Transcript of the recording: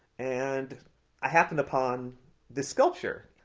and i happened upon this sculpture.